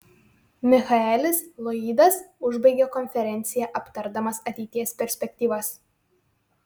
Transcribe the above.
michaelis lloydas užbaigė konferenciją aptardamas ateities perspektyvas